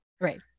Right